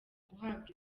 guhabwa